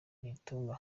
nitunga